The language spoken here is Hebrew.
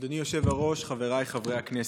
אדוני היושב-ראש, חברי הכנסת,